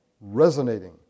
resonating